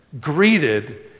greeted